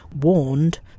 warned